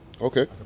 Okay